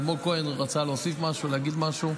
אלמוג כהן רצה להוסיף משהו, להגיד משהו.